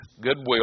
goodwill